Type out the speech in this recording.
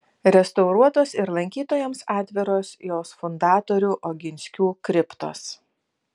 restauruotos ir lankytojams atviros jos fundatorių oginskių kriptos